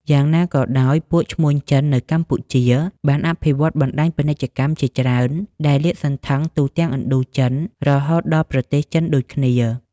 យ៉ាងណាក៏ដោយ ពួកឈ្មួញចិននៅកម្ពុជាបានអភិវឌ្ឍបណ្តាញពាណិជ្ជកម្មជាច្រើន ដែលលាតសន្ធឹងទូទាំងឥណ្ឌូចិនរហូតដល់ប្រទេសចិនដូចគ្នា ។